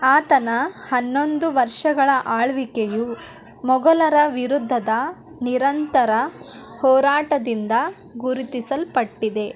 ಆತನ ಹನ್ನೊಂದು ವರ್ಷಗಳ ಆಳ್ವಿಕೆಯು ಮೊಘಲರ ವಿರುದ್ಧದ ನಿರಂತರ ಹೋರಾಟದಿಂದ ಗುರುತಿಸಲ್ಪಟ್ಟಿದೆ